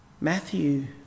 Matthew